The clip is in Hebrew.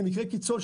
במקרי קיצון,